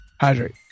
hydrate